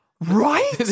Right